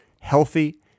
healthy